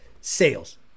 sales